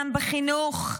גם בחינוך,